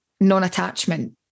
non-attachment